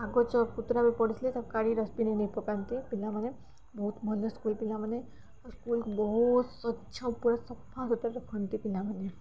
କାଗଜ ପୁତୁରା ବି ପଡ଼ିଥିଲେ ତାକୁ କାଢ଼ିକି ଡଷ୍ଟବିନ୍ରେ ନେଇ ପକାନ୍ତି ପିଲାମାନେ ବହୁତ ଭଲ ସ୍କୁଲ୍ ପିଲାମାନେ ସ୍କୁଲ୍କୁ ବହୁତ ସ୍ୱଚ୍ଛ ପୁରା ସଫା ସୁତୁରା ରଖନ୍ତି ପିଲାମାନେ